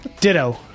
ditto